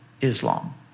Islam